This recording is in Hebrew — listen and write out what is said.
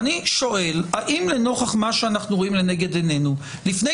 אני שואל האם לנוכח מה שאנחנו רואים לנגד עינינו לפני